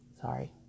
Sorry